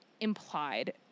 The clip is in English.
implied